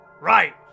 Right